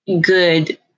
good